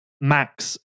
Max